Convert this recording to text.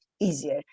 easier